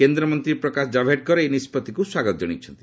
କେନ୍ଦ୍ରମନ୍ତୀ ପ୍ରକାଶ ଜାବ୍ଡେକର ଏହି ନିଷ୍କଭିକୁ ସ୍ୱାଗତ ଜଣାଇଛନ୍ତି